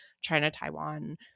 China-Taiwan